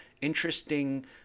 interesting